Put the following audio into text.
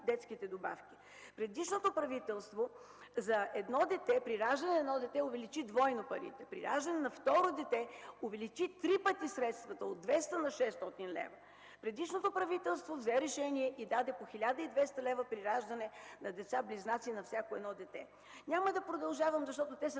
детските добавки. Предишното правителство увеличи двойно парите при раждане на дете. При раждане на второ дете увеличи три пъти средствата – от 200 на 600 лв. Предишното правителство взе решение и даде по 1200 лв. при раждане на деца близнаци на всяко едно дете. Няма да продължавам, защото твърде